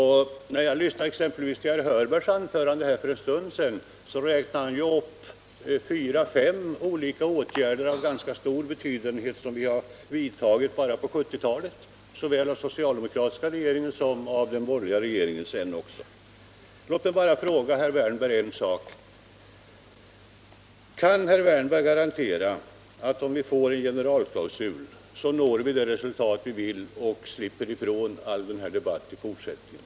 Herr Hörberg räknade ju för en stund sedan upp fyra fem ganska viktiga åtgärder, som vidtagits bara under 1970-talet, såväl av den socialdemokratiska som senare av den borgerliga regeringen. Låt mig bara få fråga herr Wärnberg en sak: Kan herr Wärnberg garantera, att om vi får en generalklausul, uppnår vi det önskade resultatet och slipper all debatt av det här slaget i fortsättningen?